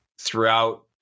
throughout